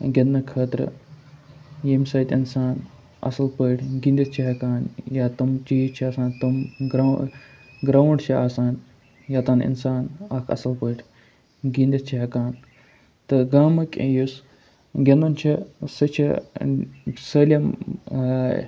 گِنٛدنہٕ خٲطرٕ یمہِ سۭتۍ اِنسان اَصٕل پٲٹھۍ گِنٛدِتھ چھِ ہیٚکان یا تِم چیٖز چھِ آسان تِم گراو گراوُنڈ چھِ آسان ییٚتٮ۪ن اِنسان اَکھ اصٕل پٲٹھۍ گِنٛدِتھ چھِ ہیٚکان تہٕ گامٕکۍ یُس گِنٛدُن چھُ سُہ چھُ سٲلِم